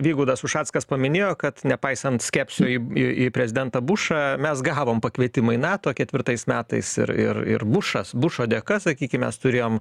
vygaudas ušackas paminėjo kad nepaisant skepsio į į į prezidentą bušą mes gavom pakvietimą į nato ketvirtais metais ir ir ir bušas bušo dėka sakykim mes turėjom